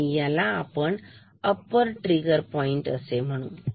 आणि याला आपण अप्पर ट्रिगर पॉईंट कसे म्हणू